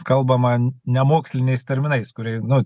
kalbama ne moksliniais terminais kurie nu